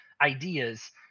ideas